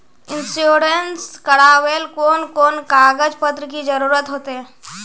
Insurance करावेल कोन कोन कागज पत्र की जरूरत होते?